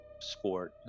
sport